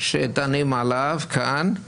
שדנים עליה כאן,